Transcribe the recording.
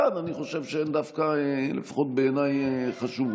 כאן, אני חושב, לפחות בעיניי, שהן דווקא חשובות.